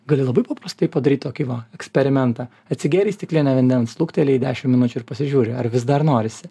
gali labai paprastai padaryt tokį va eksperimentą atsigėrei stiklinę vandens luktelėjai dešim minučių ir pasižiūri ar vis dar norisi